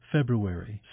February